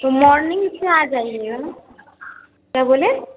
तो मॉर्निंग से आ जाइएगा क्या बोले